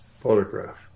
photograph